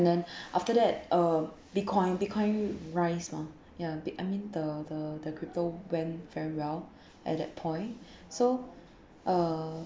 then after that uh bitcoin bitcoin rise mah ya bi~ I mean the the the crypto went very well at that point so uh